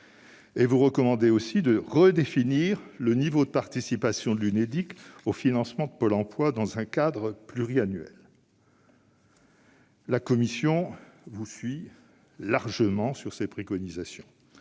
partie de la dette et de redéfinir le niveau de participation de l'Unédic au financement de Pôle emploi dans un cadre pluriannuel. La commission vous suit largement sur ces préconisations.